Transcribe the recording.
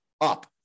up